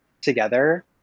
together